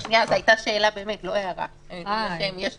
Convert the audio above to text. כלומר, אלה